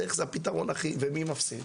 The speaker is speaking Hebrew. מי מפסיד